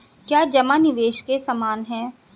क्या जमा निवेश के समान है?